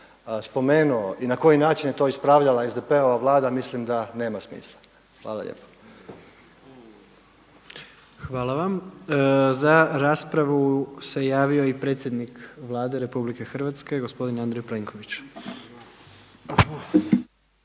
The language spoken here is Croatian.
spomenuo i na koji način je to ispravljala SDP-ova Vlada mislim da nema smisla. Hvala lijepo. **Jandroković, Gordan (HDZ)** Hvala vam. Za raspravu se javio i predsjednik Vlade RH gospodin Andrej Plenković.